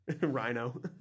Rhino